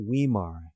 Weimar